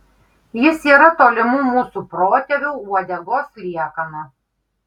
jis yra tolimų mūsų protėvių uodegos liekana